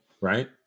Right